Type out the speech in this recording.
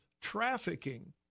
trafficking